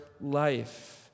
life